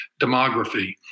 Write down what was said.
demography